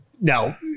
Now